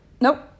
nope